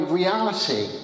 reality